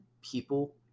people